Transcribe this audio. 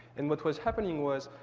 and what was happening was,